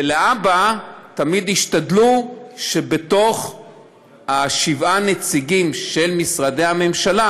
ולהבא תמיד ישתדלו שבתוך שבעת הנציגים של משרדי הממשלה